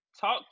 Talk